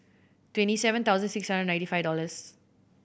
twenty seven thousand six hundred and ninety five dollors